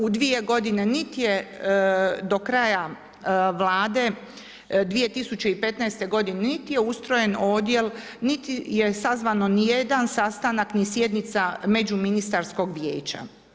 U dvije godine niti je do kraj Vlade 2015. godine, niti je ustrojen odjel, niti je sazvano ni jedan sastanak ni sjednica Međuministarskog vijeća.